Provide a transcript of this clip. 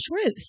truth